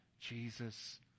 Jesus